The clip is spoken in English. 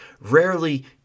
rarely